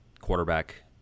quarterback